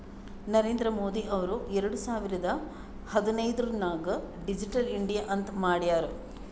ನರೇಂದ್ರ ಮೋದಿ ಅವ್ರು ಎರಡು ಸಾವಿರದ ಹದಿನೈದುರ್ನಾಗ್ ಡಿಜಿಟಲ್ ಇಂಡಿಯಾ ಅಂತ್ ಮಾಡ್ಯಾರ್